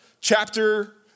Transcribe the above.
chapter